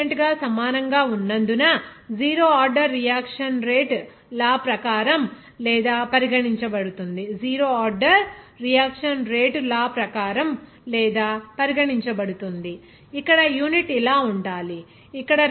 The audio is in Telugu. రేటు కాన్స్టాంట్ గా సమానంగా ఉన్నందున zero order reaction rate law ప్రకారం లేదా పరిగణించబడుతుంది ఇక్కడ యూనిట్ ఇలా ఉండాలి